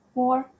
more